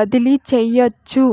బదిలీ చేయచ్చు